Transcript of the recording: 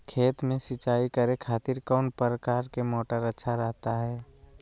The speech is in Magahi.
खेत में सिंचाई करे खातिर कौन प्रकार के मोटर अच्छा रहता हय?